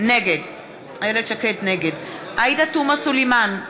נגד עאידה תומא סלימאן,